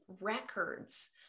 records